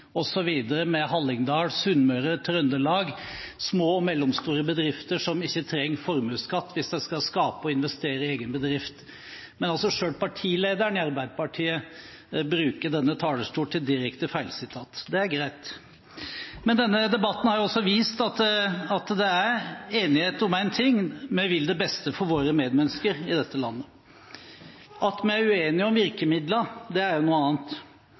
med Hallingdal, Sunnmøre, Trøndelag, små og mellomstore bedrifter som ikke trenger formuesskatt hvis de skal skape og investere i egen bedrift. Men selv partilederen i Arbeiderpartiet bruker denne talerstolen til direkte feilsitat. Det er greit. Denne debatten har også vist at det er enighet om én ting: Vi vil det beste for våre medmennesker i dette landet. At vi er uenige om virkemidlene, er noe annet. Noen mener at det viktigste for å bekjempe ledighet er